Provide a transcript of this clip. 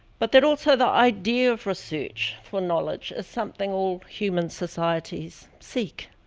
but that also the idea of research for knowledge is something all human societies seek.